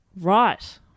Right